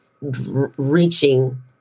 reaching